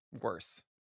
worse